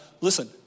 Listen